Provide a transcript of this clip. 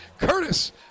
Curtis